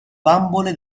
bambole